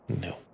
no